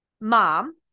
mom